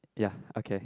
ya okay